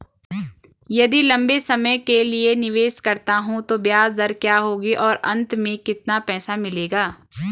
यदि लंबे समय के लिए निवेश करता हूँ तो ब्याज दर क्या होगी और अंत में कितना पैसा मिलेगा?